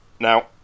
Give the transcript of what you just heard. Now